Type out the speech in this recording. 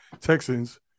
Texans